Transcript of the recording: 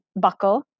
buckle